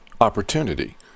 opportunity